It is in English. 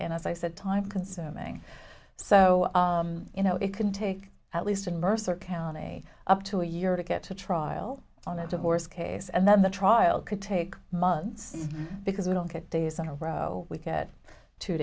and as i said time consuming so you know it can take at least an mercer county up to a year to get to trial on a divorce case and then the trial could take months because we don't get days in a row we get two